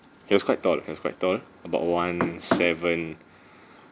he was quite tall he was quite tall about one seven